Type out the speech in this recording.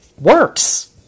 works